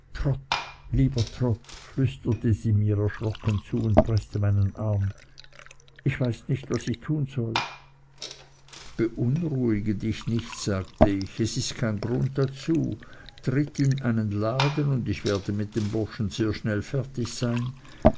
lieber trot flüsterte sie mir erschrocken zu und preßte meinen arm ich weiß nicht was ich tun soll beunruhige dich nicht sagte ich es ist kein grund dazu tritt in einen laden und ich werde mit dem burschen sehr schnell fertig sein